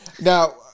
Now